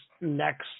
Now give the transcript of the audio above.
next